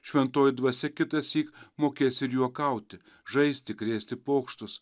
šventoji dvasia kitąsyk mokės ir juokauti žaisti krėsti pokštus